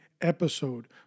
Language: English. episode